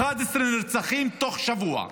11 נרצחים בתוך שבוע.